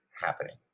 happening